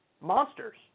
monsters